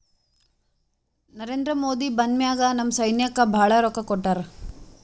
ನರೇಂದ್ರ ಮೋದಿ ಬಂದ್ ಮ್ಯಾಲ ನಮ್ ಸೈನ್ಯಾಕ್ ಭಾಳ ರೊಕ್ಕಾ ಕೊಟ್ಟಾರ